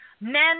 men